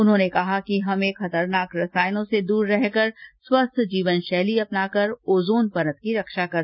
उन्होंने कहा कि हमें खतरनाक रसायनों से दूर रहकर स्वस्थ जीवन शैली अपनाकर ओजोन परत की रक्षा करनी चाहिए